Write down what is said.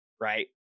right